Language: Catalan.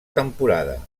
temporada